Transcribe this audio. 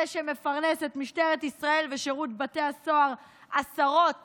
זה שמפרנס את משטרת ישראל ושירות בתי הסוהר עשרות